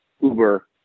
Uber